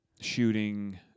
shooting